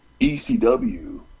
ECW